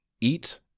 eat